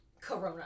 Corona